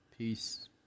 Peace